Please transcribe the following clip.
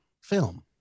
film